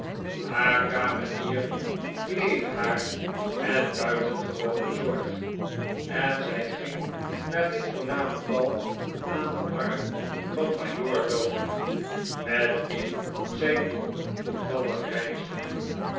haar kamenier kleedde haar met buitengewone zorg en zij ging naar dit voorname bal aan den arm van majoor loder met wien zij toen toevallig reisde